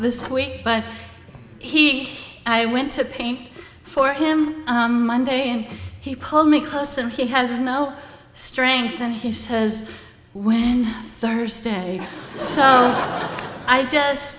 this week but he i went to paint for him monday and he pulled me close and he has no strength and he says and thursday i just